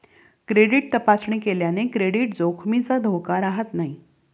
credit तपासणी केल्याने credit जोखमीचा धोका राहत नाही